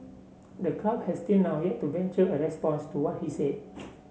the club has till now yet to venture a response to what he said